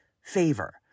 favor